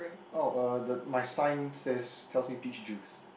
oh uh the my sign says tells me peach juice